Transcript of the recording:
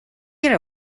get